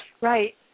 right